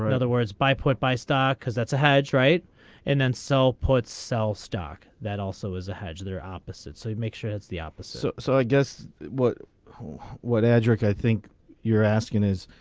other words by put buy stock because that's a hedge right in and sell puts sell stock that also is a hedge their opposite say make sure it's the opposite so so i guess what home what address i think you're asking is.